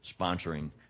sponsoring